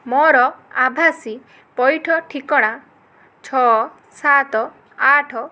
ମୋର ଆଭାସୀ ପଇଠ ଠିକଣା ଛଅ ସାତ ଆଠ